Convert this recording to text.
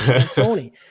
Tony